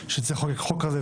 שצריך לחוקק חוק כזה,